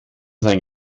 sein